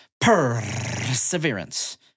perseverance